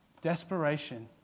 desperation